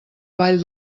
vall